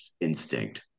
instinct